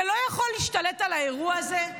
אתה לא יכול להשתלט על האירוע הזה?